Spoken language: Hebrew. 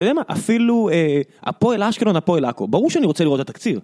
אתה יודע מה? אפילו הפועל אשקלון, הפועל עכו, ברור שאני רוצה לראות את תקציב.